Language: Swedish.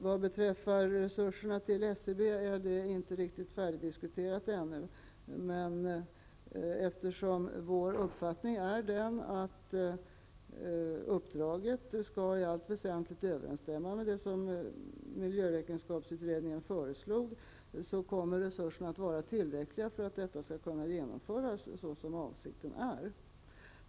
Vad beträffar frågan om resurserna till SCB vill jag säga att det ännu inte är riktigt färdigdiskuterat, men eftersom vår uppfattning är att uppdraget i allt väsentligt skall överensstämma med det som miljöräkenskapsutredningen föreslog kommer resurserna att vara tillräckliga för att detta skall kunna genomföras så som avsikten är.